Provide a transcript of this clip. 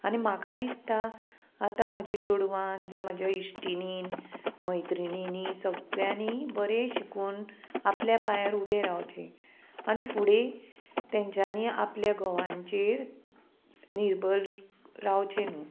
आनी म्हाका दिसता आतां म्हज्या चेडवान जावं म्हज्या इश्टिणीन मैत्रिणींनी सगळ्यांनी बरें शिकून आपल्या पांयार उबें रावचें आनी फुडें तेंच्यांनी आपल्या घोवांचेर निर्भर रावचें न्हू